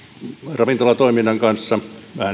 ravintolatoiminnan kanssa